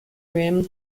rim